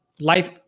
life